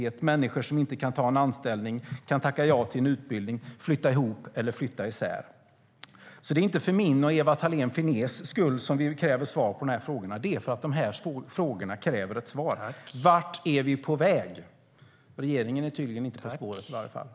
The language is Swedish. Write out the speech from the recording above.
Det handlar om människor som inte kan ta en anställning, tacka ja till en utbildning, flytta ihop eller flytta isär. Det är inte för min och Ewa Thalén Finnés skull som vi kräver svar på de här frågorna. De här frågorna kräver ett svar.